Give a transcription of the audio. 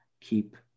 keep